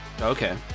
Okay